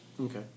Okay